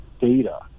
data